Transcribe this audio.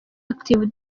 active